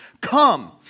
Come